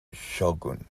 shogun